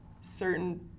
certain